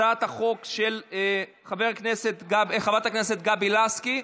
הצעת החוק של חברת הכנסת גבי לסקי.